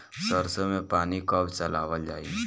सरसो में पानी कब चलावल जाई?